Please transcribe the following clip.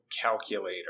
calculator